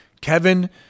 Kevin